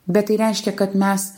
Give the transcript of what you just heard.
bet tai reiškia kad mes